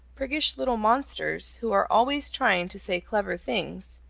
priggish little monsters, who are always trying to say clever things,